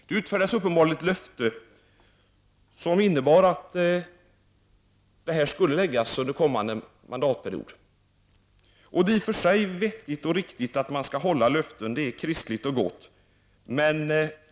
Det utfärdades uppenbarligen ett löfte som innebar att detta skulle läggas fram under kommande mandatperiod. Det är i och för sig vettigt och riktigt att man skall hålla löften. Det är kristligt och gott.